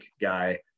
guy